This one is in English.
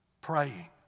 praying